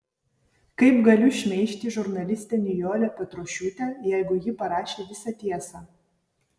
kaip galiu šmeižti žurnalistę nijolę petrošiūtę jeigu ji parašė visą tiesą